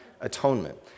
atonement